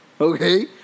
okay